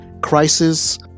crisis